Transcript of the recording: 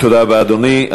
תודה רבה, אדוני.